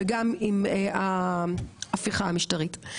וגם עם ההפיכה המשטרתית.